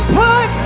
put